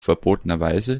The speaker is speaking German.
verbotenerweise